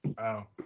Wow